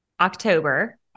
October